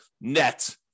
net